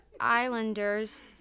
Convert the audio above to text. islanders